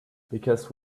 because